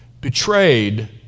betrayed